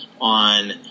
on